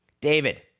David